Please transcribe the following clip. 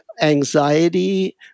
anxiety